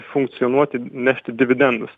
funkcionuoti nešti dividendus